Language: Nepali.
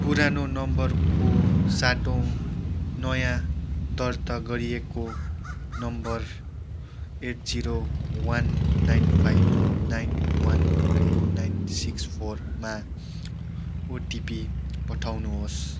पुरानो नम्बरको साटो नयाँ दर्ता गरिएको नम्बर eight zero one nine five nine one two nine six फोरमा ओटिपी पठाउनुहोस्